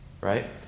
right